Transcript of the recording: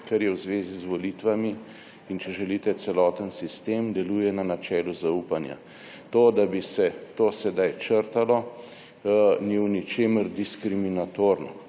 kar je v zvezi z volitvami, in če želite celoten sistem, deluje na načelu zaupanja. To, da bi se to sedaj črtalo, ni v ničemer diskriminatorno,